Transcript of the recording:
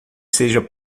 seja